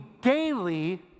daily